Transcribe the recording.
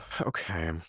Okay